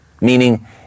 meaning